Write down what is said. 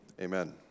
amen